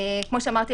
כמו שאמרתי,